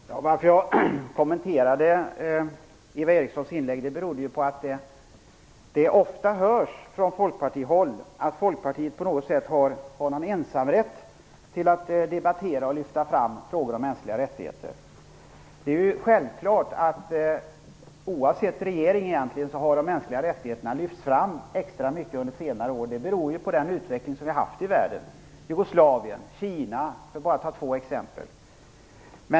Herr talman! Att jag kommenterade Eva Erikssons inlägg berodde på att det ofta hörs från Folkpartihåll att Folkpartiet på något sätt har ensamrätt att debattera och lyfta fram frågor om mänskliga rättigheter. Det är självklart, oavsett regering egentligen, att de mänskliga rättigheterna har lyfts fram extra mycket under senare år. Det beror ju på den utveckling som har skett i världen - i Jugoslavien, i Kina, för att ta bara två exempel.